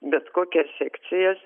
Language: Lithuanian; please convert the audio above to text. bet kokias sekcijas